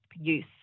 use